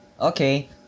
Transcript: Okay